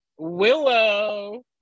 Willow